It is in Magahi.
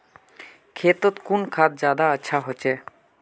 खेतोत कुन खाद ज्यादा अच्छा होचे?